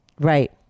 right